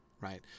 right